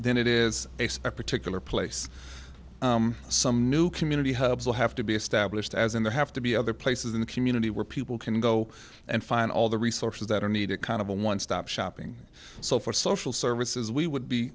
than it is a spare particular place some new community hubs will have to be established as in there have to be other places in the community where people can go and find all the resources that are needed kind of a one stop shopping so for social services we would be